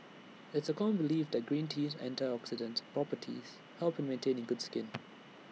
it's A common belief that green tea's antioxidant properties help in maintaining good skin